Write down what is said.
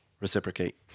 Reciprocate